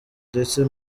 ndetse